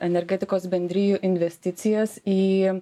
energetikos bendrijų investicijas į